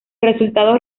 resultados